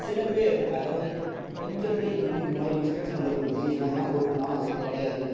சில பேர் அதாவது கொஞ்ச பேர் வந்து இந்த மாதிரி மிஸ்டேக்ஸ் பண்ணுறது வந்து என்ன தான் போட்டிருந்தாலும் அதலாம் கிடையாது